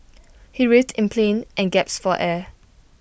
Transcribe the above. he writhed in plink and gasped for air